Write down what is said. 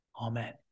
Amen